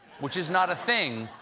which is not a thing,